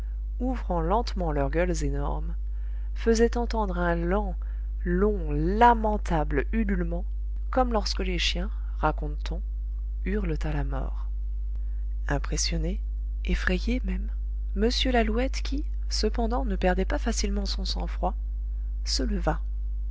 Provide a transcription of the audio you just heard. ouvrant lentement leurs gueules énormes faisaient entendre un lent long lamentable ululement comme lorsque les chiens raconte t on hurlent à la mort impressionné effrayé même m lalouette qui cependant ne perdait pas facilement son sang-froid se leva